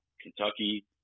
Kentucky